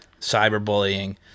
cyberbullying